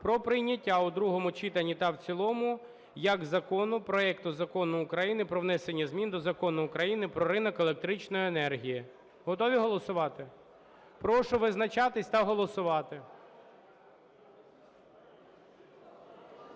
про прийняття у другому читанні та в цілому як закону проекту Закону України про внесення змін до Закону України "Про ринок електричної енергії". Готові голосувати? Прошу визначатись та голосувати.